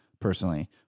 personally